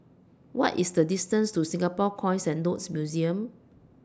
What IS The distance to Singapore Coins and Notes Museum